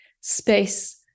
space